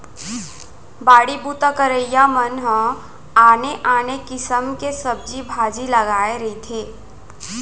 बाड़ी बूता करइया मन ह आने आने किसम के सब्जी भाजी लगाए रहिथे